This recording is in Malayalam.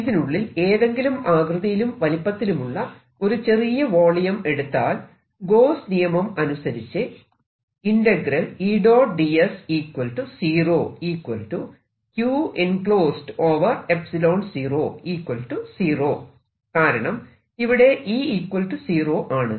ഇതിനുള്ളിൽ ഏതെങ്കിലും ആകൃതിയിലും വലിപ്പത്തിലുമുള്ള ഒരു ചെറിയ വോളിയം എടുത്താൽ ഗോസ്സ് നിയമം Gausss law അനുസരിച്ച് കാരണം ഇവിടെ E 0 ആണ്